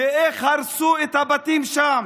ואיך הרסו את הבתים שם.